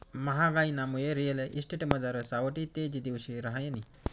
म्हागाईनामुये रिअल इस्टेटमझार सावठी तेजी दिवशी रहायनी